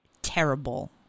terrible